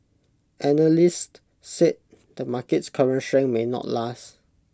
analysts said the market's current strength may not last